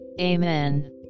Amen